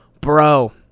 bro